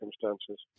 circumstances